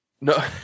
no